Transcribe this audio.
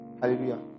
Hallelujah